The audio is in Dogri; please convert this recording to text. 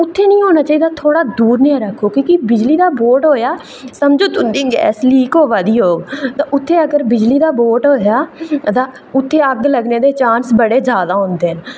उत्थै निहा होना चाहिदा थोह्ड़ा दूर निहां रक्खो की के बिजली दा बोर्ड होआ समझो तुं'दी गैस लीक होआ दी होग उत्थै अगर बिजली दा बोर्ड होआ ते उत्थै अग्ग लग्गने दे चांस बड़े होंदे न